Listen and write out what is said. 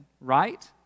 right